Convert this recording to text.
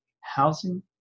housing